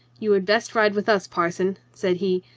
you had best ride with us, parson, said he.